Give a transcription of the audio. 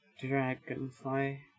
Dragonfly